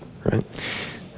right